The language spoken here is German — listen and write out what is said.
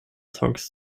songs